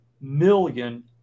million